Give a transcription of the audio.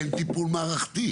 אין טיפול מערכתי.